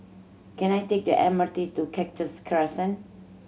can I take the M R T to Cactus Crescent